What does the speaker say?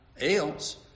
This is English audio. else